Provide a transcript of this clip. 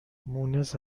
مونس